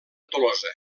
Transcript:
tolosa